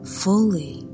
fully